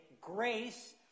grace